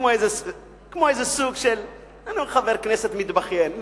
כמו איזה סוג של חבר כנסת מתבכיין.